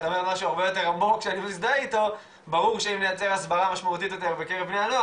ברור שאם נייצר הסברה משמעותית יותר בקרב בני הנוער